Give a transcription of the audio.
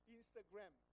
Instagram